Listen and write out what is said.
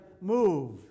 move